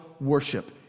worship